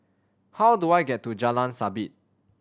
how do I get to Jalan Sabit